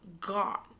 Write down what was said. gone